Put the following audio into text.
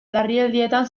larrialdietan